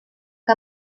que